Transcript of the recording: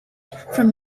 from